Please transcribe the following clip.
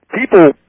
people